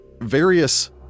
Various